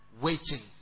waiting